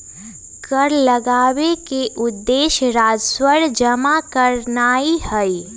कर लगाबेके उद्देश्य राजस्व जमा करनाइ हइ